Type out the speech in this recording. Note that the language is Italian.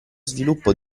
sviluppo